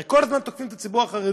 הרי כל הזמן תוקפים את הציבור החרדי: